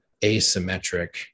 asymmetric